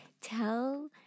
tell